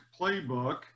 playbook